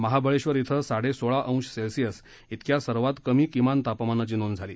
महाबळेश्वर इथं साडे सोळा अंश सेल्सिअस इतक्या सर्वात कमी किमान तापमानाची नोंद झाली